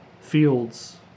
fields